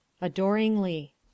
adoringly